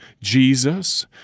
Jesus